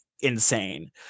insane